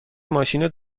ماشین